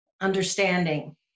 understanding